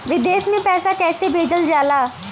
विदेश में पैसा कैसे भेजल जाला?